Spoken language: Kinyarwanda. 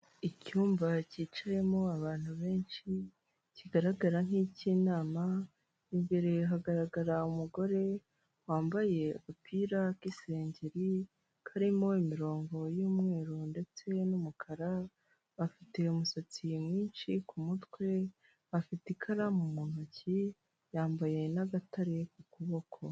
Icyumba cyicayemo abantu benshi, kigaragara nk'icy'inama, imbere hagaragara umugore wambaye agapira k'isengeri karimo imirongo y'umweru ndetse n'umukara, afite umusatsi mwinshi ku mutwe, afite ikaramu mu ntoki, yambaye n'agatare ku kuboko.